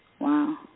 Wow